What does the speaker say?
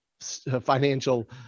financial